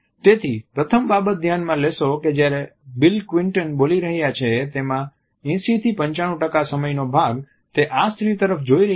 તેથી પ્રથમ બાબત ઘ્યાનમાં લેશો કે જયારે બિલ ક્લિન્ટન બોલી રહ્યા છે તેમાં 80 થી 95 ટકા સમયનો ભાગ તે આ સ્ત્રી તરફ જોઈ રહ્યા છે